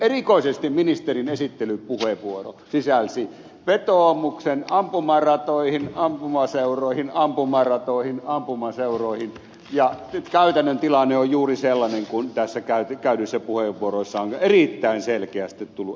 erikoisesti ministerin esittelypuheenvuoro sisälsi vetoomuksen ampumaratoihin ampumaseuroihin ampumaratoihin ampumaseuroihin ja käytännön tilanne on juuri sellainen kuin tässä käytetyissä puheenvuoroissa on erittäin selkeästi tullut esille